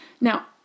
Now